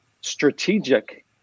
strategic